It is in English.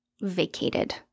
vacated